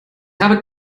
habe